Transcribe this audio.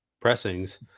pressings